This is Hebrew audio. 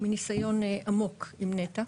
מניסיון עמוק עם נת"ע.